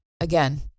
again